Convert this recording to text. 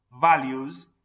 values